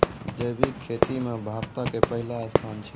जैविक खेती मे भारतो के पहिला स्थान छै